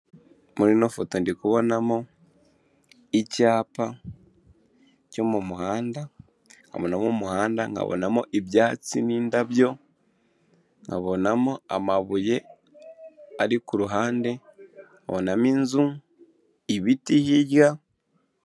Muri ino foto ndi kubonamo icyapa cyo mu muhanda, nkabonamo umuhanda, nkabonamo ibyatsi n'indabyo, nkabonamo amabuye ari ku ruhande, nkabonamo inzu, ibiti hirya.